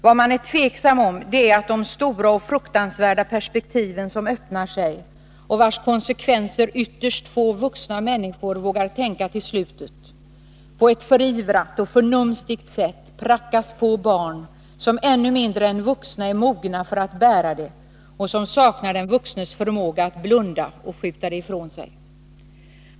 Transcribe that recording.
Det man är tveksam om är att de stora och fruktansvärda perspektiven som öppnar sig, och på vars konsekvenser ytterst få människor vågar tänka till slutet, på ett förivrat och förnumstigt sätt prackas på barn, som ännu mindre än vuxna är mogna för att bära dessa insikter och som saknar den vuxnes förmåga att blunda och skjuta det ifrån sig.